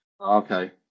okay